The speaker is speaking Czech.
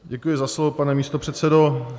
Děkuji za slovo, pane místopředsedo.